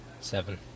Seven